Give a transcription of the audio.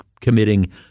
committing